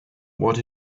what